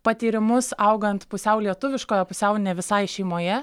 patyrimus augant pusiau lietuviškoje pusiau ne visai šeimoje